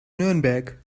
nürnberg